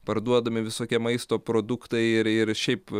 parduodami visokie maisto produktai ir ir šiaip